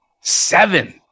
Seven